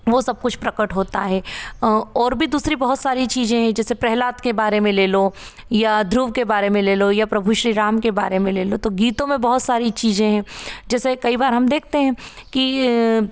वो सब कुछ प्रकट होता है और भी दूसरी बहुत सारी चीजे हैं जैसे प्रह्लाद के बारे में ले लो या ध्रुव के बारे में ले लो या प्रभु श्री राम के बारे में ले लो तो गीतों में बहुत सारी चीज़ें हैं जैसे कई बार हम देखते हैं की